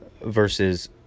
Versus